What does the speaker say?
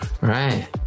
right